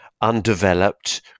undeveloped